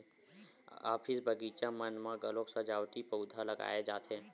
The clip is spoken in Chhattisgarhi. ऑफिस, बगीचा मन म घलोक सजावटी पउधा लगाए जाथे